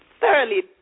thoroughly